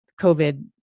COVID